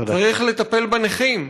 צריך לטפל בנכים.